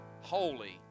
holy